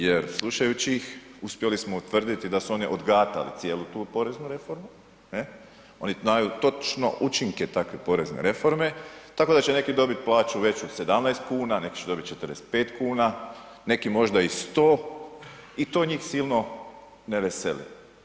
Jer slušajući ih uspjeli smo utvrditi da su oni odgatali cijelu tu poreznu reformu, oni znaju točno učinke takve porezne reforme tako da će neki dobiti plaću veću 17 kuna, neki će dobiti 45 kuna, neki možda i 100 i to njih silno ne veseli.